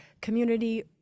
community